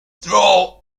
draw